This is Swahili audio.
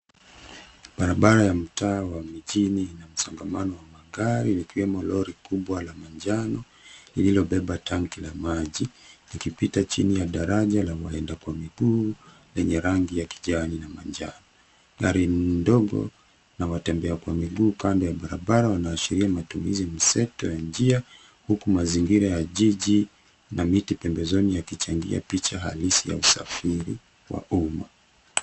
Barabara ya mtaa wa mijini ina msongamano wa magari ikiwemo lori kubwa la manjano lililobeba tanki ya maji ikipita chini ya daraja la waenda kwa miguu lenye rangi ya kijani na manjano. Gari ndogo na watembea kwa miguu kando ya barabara wanaashiria matumizi mseto wa njia huku mazingira ya jiji na miti pembezoni yakichangia picha halisi ya usafiri wa umma.